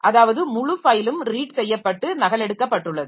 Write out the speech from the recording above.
அதாவது முழு ஃபைலும் ரீட் செய்யப்பட்டு நகலெடுக்கப்பட்டள்ளது